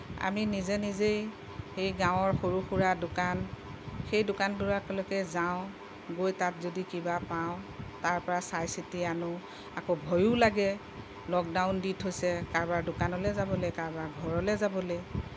আমি নিজে নিজেই সেই গাঁৱৰ সৰু সুৰা দোকান সেই দোকানবিলাকলৈকে যাওঁ গৈ তাত যদি কিবা পাওঁ তাৰপৰা চাই চিতি আনোঁ আকৌ ভয়ো লাগে লকডাউন দি থৈছে কাৰোবাৰ দোকানলৈ যাবলৈ কাৰোবাৰ ঘৰলৈ যাবলৈ